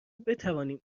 بتوانیم